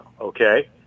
okay